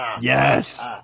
Yes